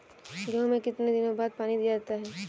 गेहूँ में कितने दिनों बाद पानी दिया जाता है?